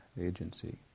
agency